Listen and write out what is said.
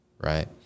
Right